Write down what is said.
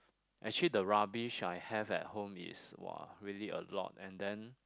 actually the rubbish I have at home is !wah! really a lot and then